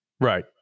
right